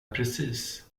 precis